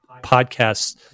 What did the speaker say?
podcasts